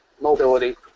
mobility